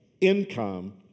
income